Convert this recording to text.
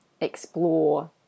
explore